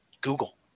Google